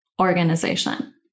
organization